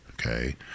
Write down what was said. Okay